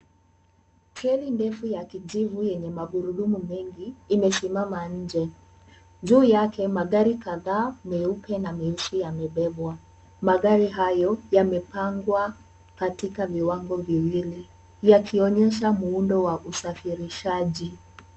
Treli ndefu ya kijivu yenye magurudumu mengi imesimama nje. Juu yake, magari kadhaa meupe na meusi yamebebwa. Magari hayo yamepangwa katika viwango viwili yakionyesha muundo wa usafirishaji.